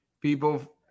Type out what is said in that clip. People